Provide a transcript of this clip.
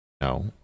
No